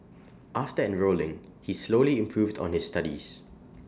after enrolling he slowly improved on his studies